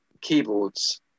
keyboards